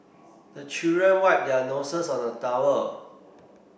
the children wipe their noses on the towel